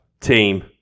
team